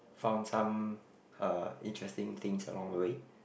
found some uh interesting things along the way